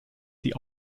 die